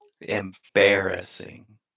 Embarrassing